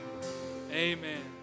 amen